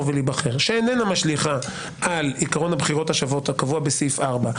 ולהיבחר שאיננה משליכה על עקרון הבחירות השוות הקבוע בסעיף 4,